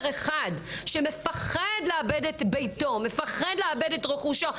אחד שמפחד לאבד את ביתו מפחד לאבד את רכושו,